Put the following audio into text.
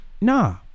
nah